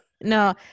No